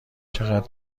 چقدر